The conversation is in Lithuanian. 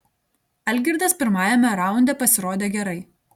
algirdas pirmajame raunde pasirodė gerai